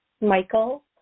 Michael